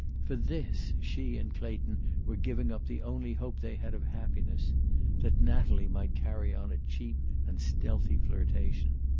for this she and clayton were giving up the only hope they had of happiness that natalie might carry on a cheap and stealthy flirtation.